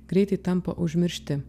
greitai tampa užmiršti